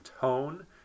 tone